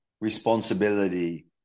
responsibility